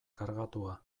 kargatua